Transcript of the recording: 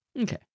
Okay